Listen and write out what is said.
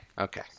Okay